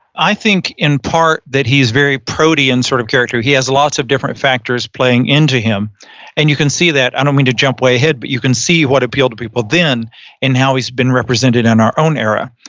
i think in part that he is a very protean sort of character. he has lots of different factors playing into him and you can see that. i don't mean to jump way ahead, but you can see what appealed to people then and how he's been represented in our own era.